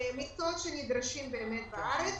מקצועות שנדרשים בארץ.